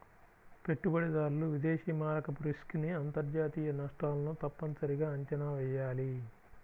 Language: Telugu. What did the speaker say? పెట్టుబడిదారులు విదేశీ మారకపు రిస్క్ ని అంతర్జాతీయ నష్టాలను తప్పనిసరిగా అంచనా వెయ్యాలి